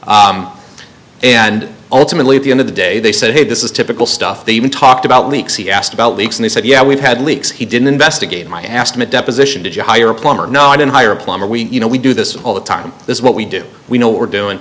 building and ultimately at the end of the day they said this is typical stuff they even talked about leaks he asked about leaks and he said yeah we've had leaks he didn't investigate i asked him a deposition did you hire a plumber no i didn't hire a plumber we you know we do this all the time this is what we do we know what we're doing